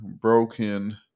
broken –